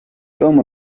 tom